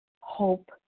hope